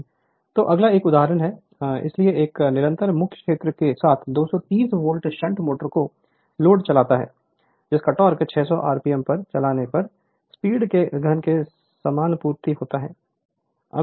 Refer Slide Time 2513 तो अगला एक उदाहरण है इसलिए एक निरंतर मुख्य क्षेत्र के साथ 230 वोल्ट शंट मोटर एक लोड चलाता है जिसका टॉर्क 600 आरपीएम पर चलने पर स्पीड के घन के समानुपाती होता है